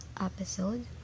episode